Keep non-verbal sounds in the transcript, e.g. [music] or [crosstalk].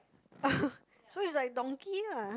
[laughs] so it's like donkey lah